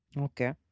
Okay